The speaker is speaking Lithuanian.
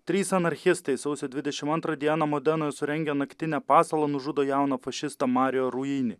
trys anarchistai sausio dvidešim antrą dieną modenoj surengę naktinę pasalą nužudo jauną fašistą mario ruini